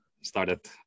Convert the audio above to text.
started